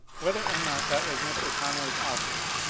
whether or not that was mr. conway's object,